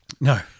no